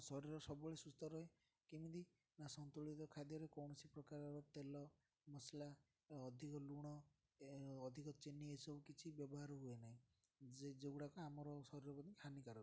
ଶରୀର ସବୁବେଳେ ସୁସ୍ଥ ରହେ କେମିତି ନା ସନ୍ତୁଳିତ ଖାଦ୍ୟରେ କୌଣସି ପ୍ରକାରର ତେଲ ମସଲା ଅଧିକ ଲୁଣ ଅଧିକ ଚିନି ଏସବୁ କିଛି ବ୍ୟବହାର ହୁଏ ନାହିଁ ଯେ ଯେଉଁଗୁଡ଼ାକ ଆମର ଶରୀର ହାନିକାରକ